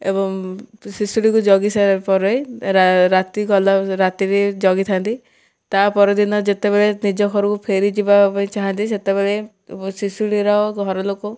ଏବଂ ଶିଶୁଳିକୁ ଜଗିସାରିବା ପରେ ରାତି ଗଲା ରାତିରେ ଜଗିଥାନ୍ତି ତା' ପରଦିନ ଯେତେବେଳେ ନିଜ ଘରକୁ ଫେରି ଯିବା ପାଇଁ ଚାହାନ୍ତି ସେତେବେଳେ ଶିଶୁଟିର ଘରଲୋକ